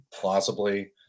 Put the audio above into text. plausibly